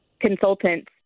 consultants